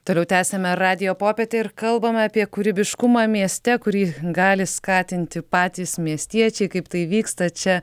toliau tęsiame radijo popietę ir kalbame apie kūrybiškumą mieste kurį gali skatinti patys miestiečiai kaip tai vyksta čia